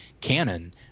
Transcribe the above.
canon